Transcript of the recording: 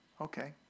Okay